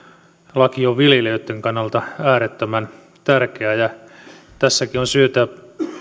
on viljelijöitten kannalta äärettömän tärkeä tässäkin on syytä